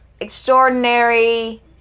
Extraordinary